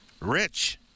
Rich